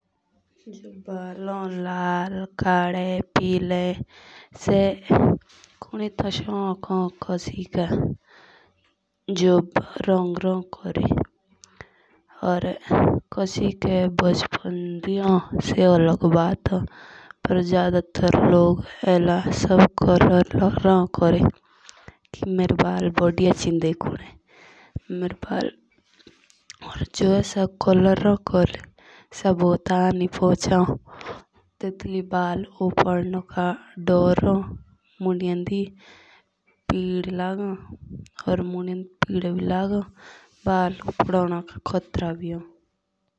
जो बॉल होन लाल कड़े पाइल से तो शॉक होन कोसी का या कोसी के बचपन दी होन सो अलग बात होन। पीआर जादा तार एला लोग कलर रौन कोरी। कि मेरे बॉल बढ़िया दिखोने कि मेरे बॉल इसे चेहयी देखोन पीआर सो जा कलर राहों कोरी सा बैलुनक भुता हानी फुचाओं।